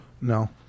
No